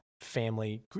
family